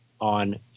on